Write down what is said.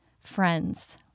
Friends